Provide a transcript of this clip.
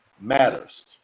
matters